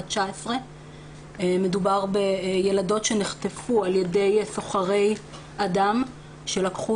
19. מדובר בילדות שנחטפו על-ידי סוחרי אדם שלקחו